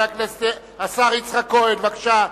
השר יצחק כהן, בבקשה.